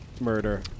murder